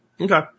Okay